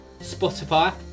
Spotify